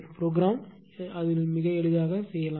program மிக எளிதாக எழுதலாம்